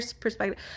perspective